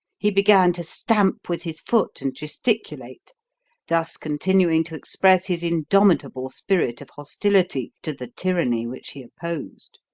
he began to stamp with his foot and gesticulate thus continuing to express his indomitable spirit of hostility to the tyranny which he opposed.